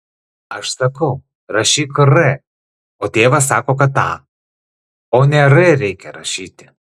aš sakau rašyk r o tėvas sako kad a o ne r reikia rašyti